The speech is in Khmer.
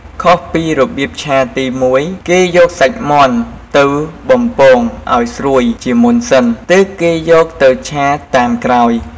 ខុសគ្នាពីរបៀបឆាទី១ គេយកសាច់មាន់ទៅបំពងឱ្យស្រួយជាមុនសិន ទើបគេយកទៅឆាតាមក្រោយ។